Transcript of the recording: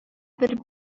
бер